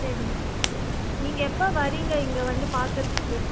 சரிங்க நீங்கள் எப்போது வரீங்க இங்கே வந்து பார்க்கறதுக்கு